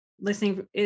listening